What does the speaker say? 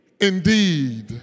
indeed